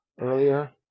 earlier